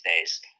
days